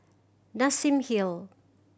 Nassim Hill